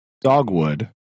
dogwood